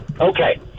Okay